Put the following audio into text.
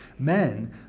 men